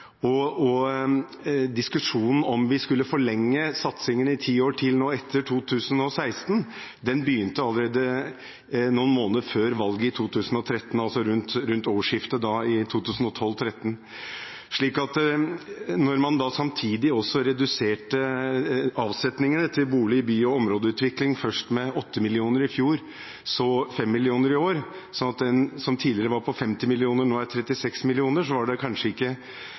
Og diskusjonen om vi skulle forlenge satsingen i ti år til, etter 2016, begynte allerede noen måneder før valget i 2013, rundt årsskiftet 2012–2013. Og når man da samtidig reduserte avsetningene til bolig-, by- og områdeutvikling – først med 8 mill. kr i fjor og så 5 mill. kr i år, slik at det som tidligere var på 50 mill. kr, nå er på 36 mill. kr – bør man når man er i posisjon, forstå opposisjonen, når man ser disse reduksjonene og det